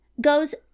goes